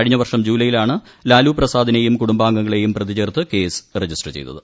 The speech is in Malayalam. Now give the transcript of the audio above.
കഴിഞ്ഞ വർഷം ജൂലൈയിലാണ് ലാലു പ്രസാദിനെയും കുടുംബാംഗങ്ങളെയും പ്രതിചേർത്ത് കേസ് രജിസ്റ്റർ ചെയ്തത്